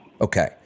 Okay